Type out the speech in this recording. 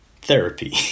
therapy